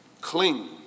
cling